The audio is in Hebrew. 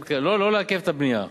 לא לעכב את הבנייה.